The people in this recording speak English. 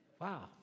Wow